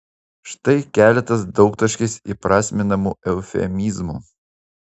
štai keletas daugtaškiais įprasminamų eufemizmų